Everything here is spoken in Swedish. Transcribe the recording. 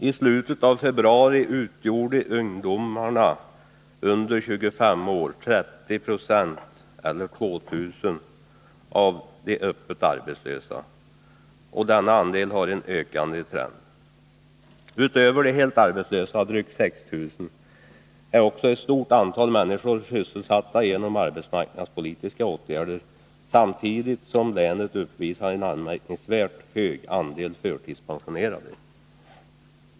I slutet av februari var de arbetslösa ungdomarna under 25 år 2 000 och utgjorde 30 26 av de öppet arbetslösa, och denna andel uppvisar en ökande trend. Utöver de helt arbetslösa, drygt 6 000, är ett stort antal människor sysselsatta genom arbetsmarknadspolitiska åtgärder, samtidigt som länet uppvisar en anmärkningsvärt hög andel förtidspensionerade.